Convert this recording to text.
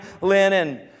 linen